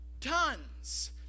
tons